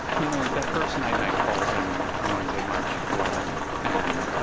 you know, like that first night, i called him on wednesday, march eleventh. and, ah